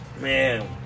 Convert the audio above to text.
Man